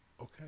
Okay